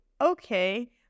Okay